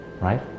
right